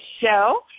Show